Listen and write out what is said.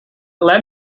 let